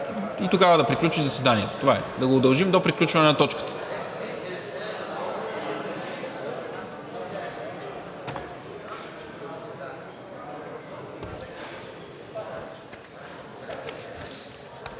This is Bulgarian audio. и тогава да приключи заседанието. Това е – да го удължим до приключването на точката.